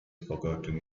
forgotten